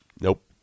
Nope